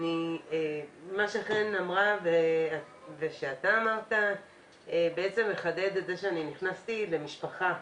מה שחן אמרה ואתה היושב ראש אמרת בעצם מחדד את זה שאני נכנסתי למשפחה.